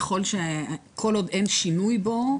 כל עוד אין שינוי בו,